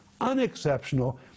unexceptional